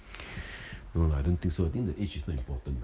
no lah I don't think so well I think the age not important ah